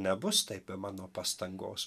nebus taip be mano pastangos